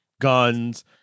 guns